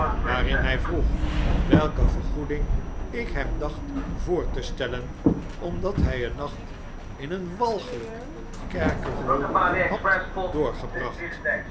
waarin hy vroeg welke vergoeding ik hem dacht voor te stellen omdat hij eennacht in een walgelp kerkerhol had doofgebracht